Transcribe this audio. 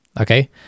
Okay